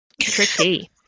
tricky